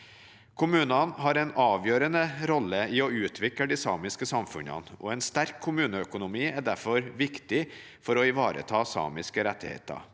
Kommunene har en avgjørende rolle i å utvikle de samiske samfunnene, og en sterk kommuneøkonomi er derfor viktig for å ivareta samiske rettigheter.